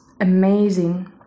amazing